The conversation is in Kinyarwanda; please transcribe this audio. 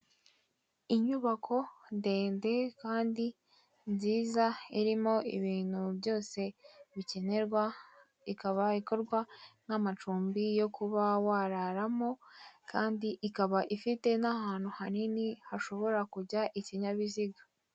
Inyubako ndende kandi nziza irimo ibintu byose bikenerwa; ikaba ikorwa nk'amacumbi yo kuba wararamo kandi ikaba ifite n'ahantu hanini hashobora kujya ikinyabiziga.